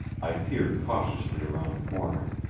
i peered cautiously around the corner.